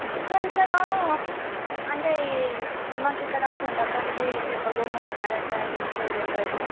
sir ఇక్కడ అంటే మాకిక్కడ కొండపల్లి చెక్కబొమ్మలు ఎక్కడ తయారు చేస్తారో తెలియదు